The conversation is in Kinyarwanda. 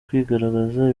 kwigaragaza